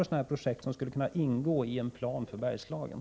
En mängd projekt skulle kunna ingå i en plan för Bergslagen.